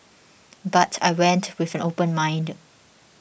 but I went with an open mind